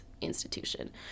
institution